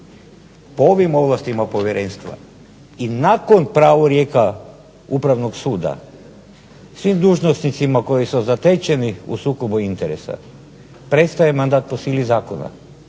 po ovim ovlastima povjerenstva i nakon pravorijeka Upravnog suda svim dužnosnicima koji su zatečeni u sukobu interesa prestaje mandat po sili zakona,